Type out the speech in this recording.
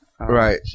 Right